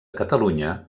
catalunya